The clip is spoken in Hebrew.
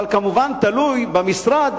אבל כמובן תלוי במשרד,